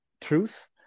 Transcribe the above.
truth